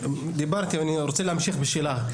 דיברתי, אני רוצה להמשיך בשאלה.